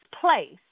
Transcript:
place